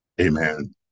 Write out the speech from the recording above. Amen